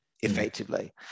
effectively